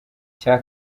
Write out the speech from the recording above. cya